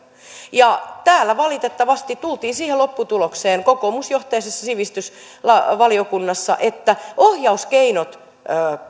täällä valitettavasti tultiin siihen lopputulokseen kokoomusjohtoisessa sivistysvaliokunnassa että ohjauskeinot